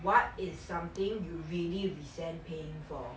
what is something you really resent paying for